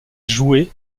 jouer